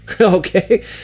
okay